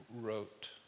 wrote